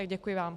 Děkuji vám.